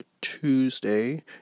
Tuesday